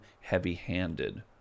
heavy-handed